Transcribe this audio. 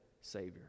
Savior